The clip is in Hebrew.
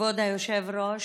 כבוד היושב-ראש,